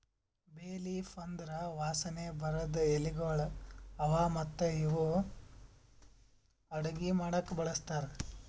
ಬೇ ಲೀಫ್ ಅಂದುರ್ ವಾಸನೆ ಬರದ್ ಎಲಿಗೊಳ್ ಅವಾ ಮತ್ತ ಇವು ಅಡುಗಿ ಮಾಡಾಕು ಬಳಸ್ತಾರ್